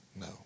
no